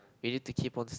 we need to keep on